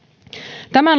tämän